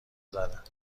زدن